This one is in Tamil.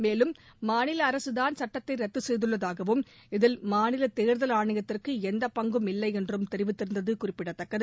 மேலும் மாநில அரசுதான் சட்டத்தை ரத்து செய்துள்ளதாகவும் இதில் மாநில தேர்தல் ஆணையத்திற்கு எந்தப் பங்கும் இல்லை என்றும் தெரிவித்திருந்தது குறிப்பிடத்தக்கது